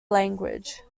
language